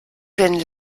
den